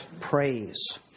praise